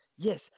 Yes